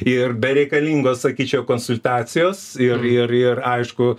ir bereikalingos sakyčiau konsultacijos ir ir ir aišku